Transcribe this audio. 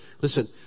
Listen